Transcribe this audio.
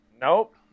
Nope